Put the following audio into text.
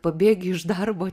pabėgi iš darbo